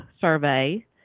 survey